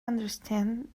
understand